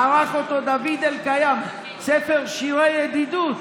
ערך אותו דוד אלקיים, "ספר שירי ידידות",